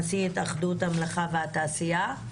נשיא התאחדות המלאכה והתעשייה,